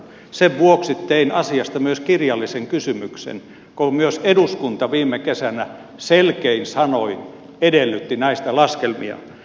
sen vuoksi tein asiasta myös kirjallisen kysymyksen kun myös eduskunta viime kesänä selkein sanoin edellytti näistä laskelmia